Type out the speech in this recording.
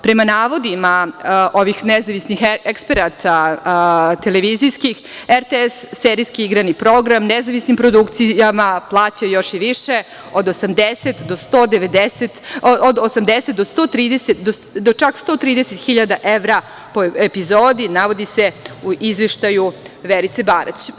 Prema navodima ovih nezavisnih eksperata televizijskih, RTS serijski igrani program nezavisnim produkcijama plaća još i više, od 80 do čak 130 hiljada evra po epizodi, navodi se u izveštaju Verice Barać.